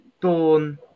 Dawn